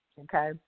okay